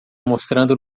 mostrando